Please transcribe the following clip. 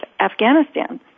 Afghanistan